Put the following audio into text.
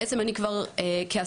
בעצם אני כבר כעשור,